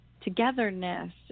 togetherness